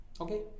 Okay